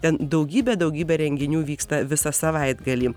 ten daugybė daugybė renginių vyksta visą savaitgalį